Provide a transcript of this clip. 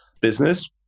business